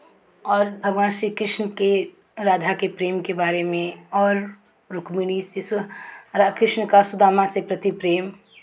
और भगवान श्री कृष्ण के राधा के प्रेम के बारे में और रुक्मिणी से सु कृष्ण का सुदामा से प्रति प्रेम